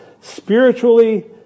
Spiritually